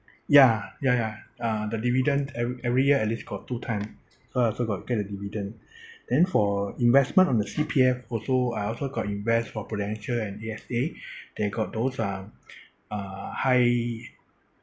ya ya ya uh the dividend ev~ every year at least got two time so I also got get the dividend then for investment on the C_P_F also I also got invest for Prudential and A_S_A they got those uh uh high